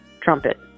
trumpet